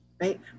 right